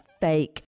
fake